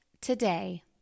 today